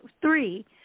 three